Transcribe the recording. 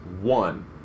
One